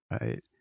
Right